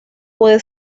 puede